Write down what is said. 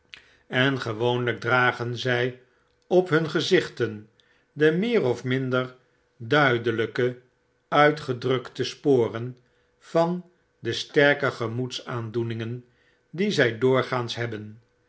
en gewoonlp dragen zy op hun gezichten de meer of minder duidelyk uitgedrukte sporen van de sterke gemoedsaandoeningen die zy doorgaans hebben